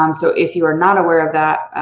um so if you are not aware of that,